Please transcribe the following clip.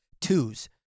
twos